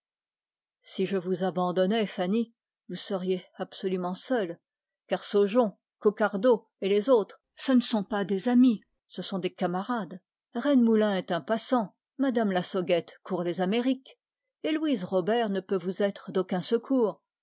si je vous abandonnais fanny vous seriez absolument seule car saujon coquardeau et les autres ce ne sont pas des amis ce sont des camarades bien inférieurs à vous par le caractère et par l'éducation rennemoulin est un passant mme lassauguette court les amériques louise robert ne peut vous être d'aucun secours